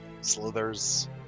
slithers